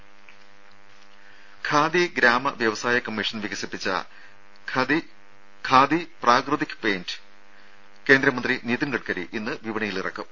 ദേദ ഖാദി ഗ്രാമവ്യവസായ കമ്മീഷൻ വികസിപ്പിച്ച ഖാദി പ്രകൃതിക് പെയിന്റ് കേന്ദ്രമന്ത്രി നിതിൻ ഗഡ്കരി ഇന്ന് വിപണിയിലിറക്കും